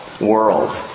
world